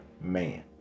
man